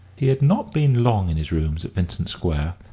he had not been long in his rooms at vincent square,